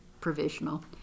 provisional